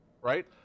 right